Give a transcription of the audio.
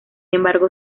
embargo